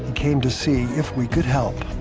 came to see if we could help.